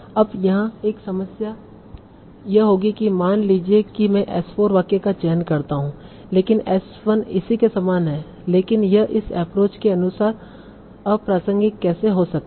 अब यहां एक समस्या यह होगी कि मान लीजिए कि मैं S 4 वाक्य का चयन करता हूं लेकिन S 1 इसी के समान है लेकिन यह इस एप्रोच के अनुसार अप्रासंगिक कैसे हो सकता है